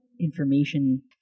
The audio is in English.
information